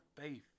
faith